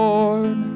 Lord